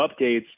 updates